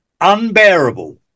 unbearable